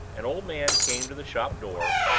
an old man came to the shop door,